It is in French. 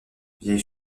vieille